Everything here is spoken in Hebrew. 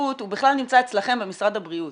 ובהתמכרות הוא בכלל נמצא אצלכם במשרד הבריאות.